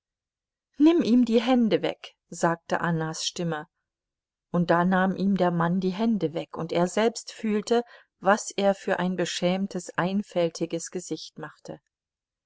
nimm ihm die hände weg sagte annas stimme und da nahm ihm der mann die hände weg und er selbst fühlte was er für ein beschämtes einfältiges gesicht machte